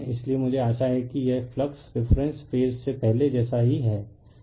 इसलिए मुझे आशा है कि यह फ्लक्स रिफ़रेंस फेज से पहले जैसा ही है